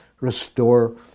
Restore